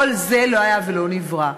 כל זה לא היה ולא נברא.